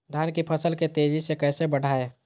धान की फसल के तेजी से कैसे बढ़ाएं?